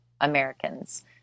Americans